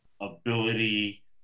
ability